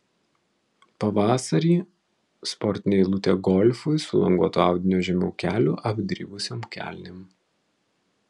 pavasarį sportinė eilutė golfui su languoto audinio žemiau kelių apdribusiom kelnėm